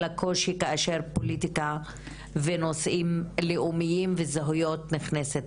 הקושי כאשר פוליטיקה ונושאים לאומיים וזהויות נכנסת